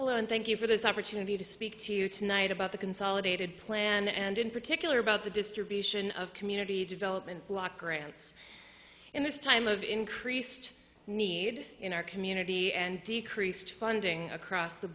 and thank you for this opportunity to speak to you tonight about the consolidated plan and in particular about the distribution of community development block grants in this time of increased need in our community and decreased funding across the